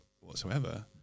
whatsoever